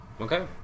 Okay